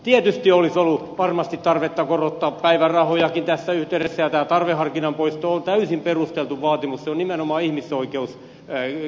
tietysti olisi ollut varmasti tarvetta korottaa päivärahojakin tässä yhteydessä ja tämä tarveharkinnan poisto on täysin perusteltu vaatimus se on nimenomaan ihmisoikeuskysymys